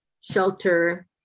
shelter